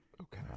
okay